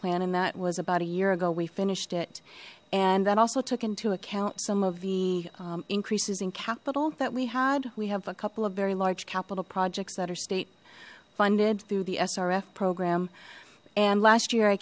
plan and that was about a year ago we finished it and that also took into account some of the increases in capital that we had we have a couple of very large capital projects that are state funded through the srf program and last year i